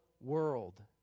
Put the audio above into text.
world